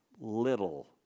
little